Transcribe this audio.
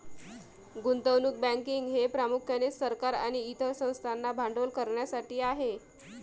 गुंतवणूक बँकिंग हे प्रामुख्याने सरकार आणि इतर संस्थांना भांडवल करण्यासाठी आहे